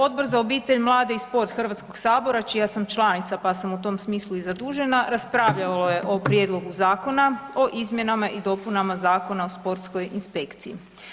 Odbor za obitelj, mlade i sport HS-a čija sam članica pa sam u tom smislu i zadužena, raspravljalo je Prijedlogu zakona o izmjenama i dopunama Zakona o sportskoj inspekciji.